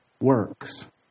works